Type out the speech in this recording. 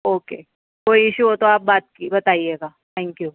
okay کوئی issue ہو تو آپ بات بتائیے گا تھینک یو